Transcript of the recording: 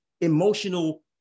emotional